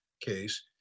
case